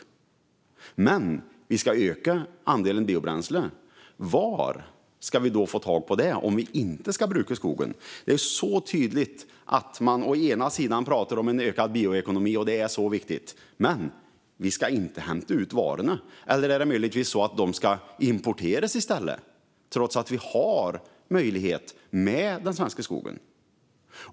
Samtidigt ska vi dock öka andelen biobränsle. Var ska vi få tag på det om vi inte ska bruka skogen? Det är mycket tydligt: Å ena sidan pratar man om en ökad bioekonomi och att det är så viktigt, men vi ska å andra sidan inte hämta ut varorna. Eller är det möjligtvis så att de i stället ska importeras, trots att vi har möjlighet att hämta dem i den svenska skogen?